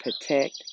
Protect